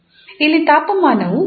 ಇಲ್ಲಿ ತಾಪಮಾನವು 𝑇𝑓